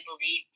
believe